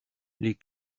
les